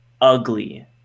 ugly